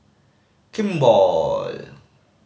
kimball